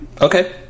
Okay